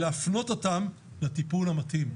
ולהפנות אותם לטיפול המתאים.